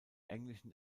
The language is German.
englischen